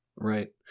Right